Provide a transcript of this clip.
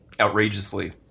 outrageously